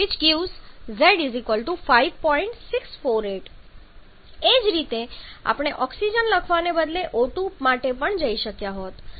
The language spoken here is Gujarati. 648 એ જ રીતે આપણે ઓક્સિજન લખવાને બદલે O2 માટે પણ જઈ શક્યા હોત